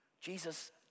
Jesus